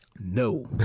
No